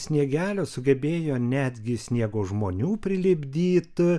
sniegelio sugebėjo netgi sniego žmonių prilipdyt